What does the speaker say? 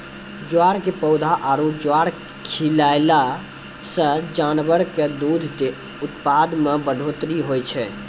ज्वार के पौधा आरो ज्वार खिलैला सॅ जानवर के दूध उत्पादन मॅ बढ़ोतरी होय छै